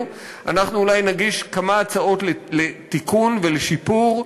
אנחנו נגיש כמה הצעות לתיקון ולשיפור,